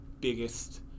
biggest